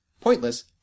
pointless